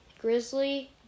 Grizzly